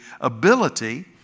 ability